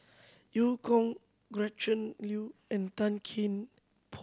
Eu Kong Gretchen Liu and Tan Kian Por